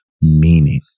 meaning